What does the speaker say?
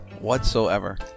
whatsoever